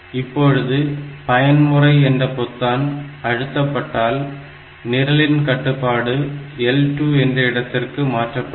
இப்பொழுது பயன்முறை என்ற பொத்தான் அழுத்தப்பட்டால் நிரலின் கட்டுப்பாடு L2 என்ற இடத்திற்கு மாற்றப்படும்